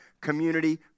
community